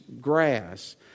grass